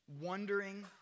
wondering